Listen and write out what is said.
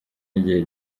y’igihe